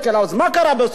אז מה קרה בסוף?